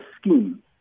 scheme